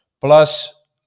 Plus